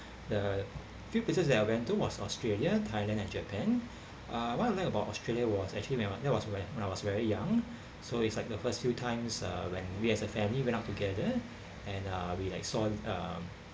uh few places that I went to was australia thailand and japan uh what I liked about australia was actually that was when I was very young so it's like the first few times uh when we as a family went out together and uh we was one uh